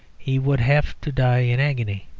he would have to die in agony.